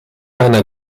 einer